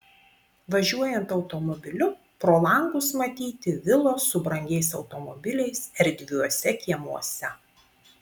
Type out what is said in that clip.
važiuojant automobiliu pro langus matyti vilos su brangiais automobiliais erdviuose kiemuose